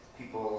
people